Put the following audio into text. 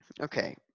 Okay